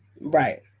right